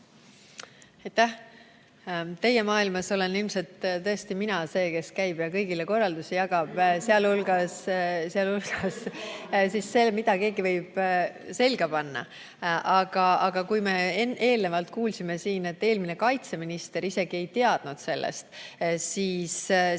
Teie maailmas olen ilmselt tõesti mina see, kes käib ja kõigile korraldusi jagab, sh seda, mida keegi võib selga panna. Aga me äsja kuulsime siin, et eelmine kaitseminister isegi ei teadnud sellest. Nii